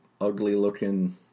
ugly-looking